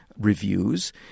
reviews